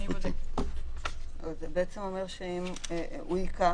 בשביל לשלוח